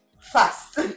Fast